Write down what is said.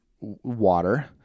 water